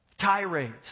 tirades